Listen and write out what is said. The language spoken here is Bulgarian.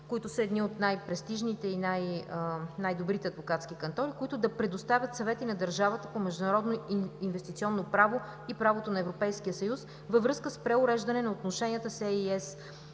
които са едни от най-престижните и най-добрите адвокатски кантори, които да предоставят съвети на държавата по международно инвестиционно право и правото на Европейския съюз във връзка с преуреждане на отношенията с „АЙ